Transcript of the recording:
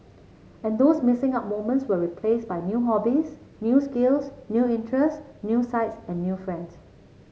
and those missing out moments were replaced by new hobbies new skills new interests new sights and new friends